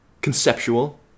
conceptual